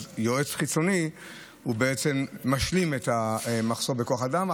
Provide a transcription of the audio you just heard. אז יועץ חיצוני בעצם משלים את המחסור בכוח האדם.